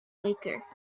weaker